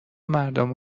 مردم